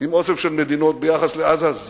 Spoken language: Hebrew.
עם אוסף של מדינות ביחס לעזה.